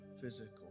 physical